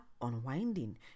unwinding